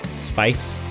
spice